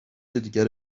دیگر